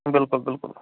بالکل بالکل